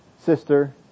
sister